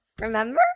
Remember